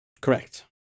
Correct